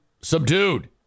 subdued